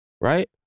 Right